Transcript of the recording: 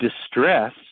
distress